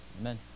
Amen